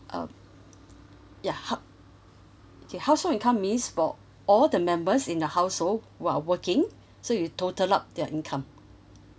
um ya how K household income means for all the members in your household who're working so you total up their income